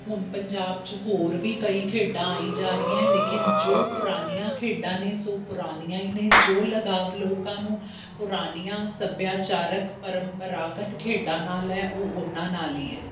ਹੁਣ ਪੰਜਾਬ 'ਚ ਹੋਰ ਵੀ ਕਈ ਖੇਡਾਂ ਆਈ ਜਾ ਰਹੀਆਂ ਲੇਕਿਨ ਜੋ ਪੁਰਾਣੀਆਂ ਖੇਡਾਂ ਨੇ ਸੋ ਪੁਰਾਣੀਆਂ ਹੀ ਨੇ ਜੋ ਲਗਾਉ ਲੋਕਾਂ ਨੂੰ ਪੁਰਾਣੀਆਂ ਸੱਭਿਆਚਾਰਕ ਪ੍ਰੰਪਰਾਗਤ ਖੇਡਾਂ ਨਾਲ ਹੈ ਉਹ ਉਹਨਾਂ ਨਾਲ ਹੀ ਹੈ